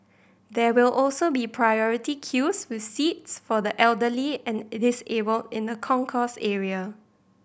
there will also be priority queues with seats for the elderly and disabled in the concourse area